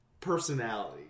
personality